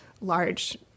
large